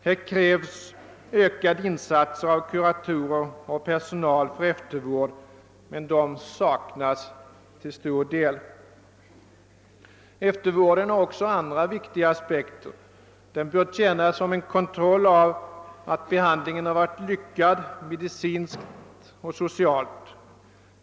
Här krävs ökade insatser av kuratorer och personal för eftervård, vilket till stor del nu saknas. Eftervården har också andra viktiga aspekter. Den bör tjäna som kontroll av att behandlingen har varit lyckad medicinskt och socialt.